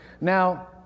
Now